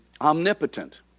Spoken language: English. omnipotent